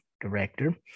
Director